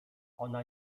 ona